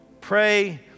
pray